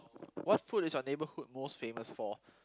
what food is your neighborhood most famous for